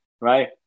Right